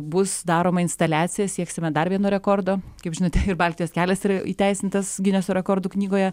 bus daroma instaliacija sieksime dar vieno rekordo kaip žinote ir baltijos kelias yra įteisintas gineso rekordų knygoje